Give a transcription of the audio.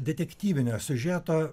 detektyvinio siužeto